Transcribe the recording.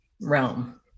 realm